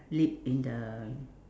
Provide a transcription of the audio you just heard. lead in the